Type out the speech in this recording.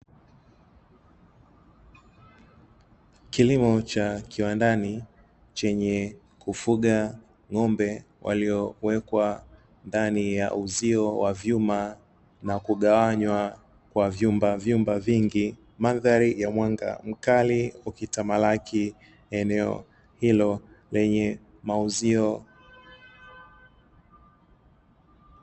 Kilimo cha kiwandani chenye kufuga ng'ombe waliowekwa ndani ya uzio wa vyuma na kugawanywa kwa vyumba vyumba vingi, mandhari ya mwanga mkali ukitamalaki eneo hilo lenye mauzio.